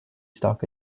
stalk